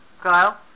Kyle